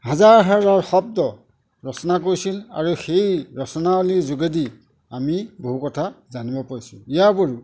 হাজাৰ হাজাৰ শব্দ ৰচনা কৰিছিল আৰু সেই ৰচনাৱলীৰ যোগেদি আমি বহু কথা জানিব পাৰিছোঁ ইয়াৰ উপৰিও